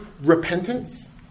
repentance